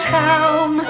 town